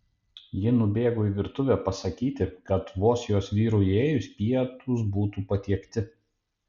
ji nubėgo į virtuvę pasakyti kad vos jos vyrui įėjus pietūs būtų patiekti